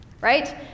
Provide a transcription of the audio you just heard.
right